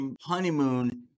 honeymoon